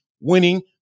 winning